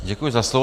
Děkuji za slovo.